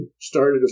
started